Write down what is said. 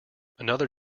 another